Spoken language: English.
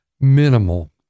minimal